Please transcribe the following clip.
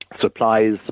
supplies